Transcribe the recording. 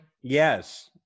yes